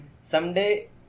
someday